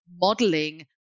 modeling